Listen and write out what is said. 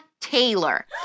Taylor